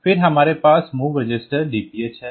फिर हमारे पास MOV रजिस्टर DPH है